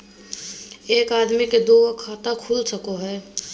एक आदमी के दू गो खाता खुल सको है?